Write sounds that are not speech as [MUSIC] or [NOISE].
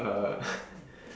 uh [BREATH]